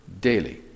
daily